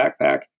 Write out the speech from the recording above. backpack